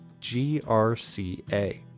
grca